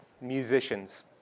musicians